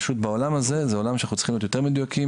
פשוט בעולם הזה זה עולם שאנחנו צריכים להיות יותר מדויקים,